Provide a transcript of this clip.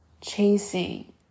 chasing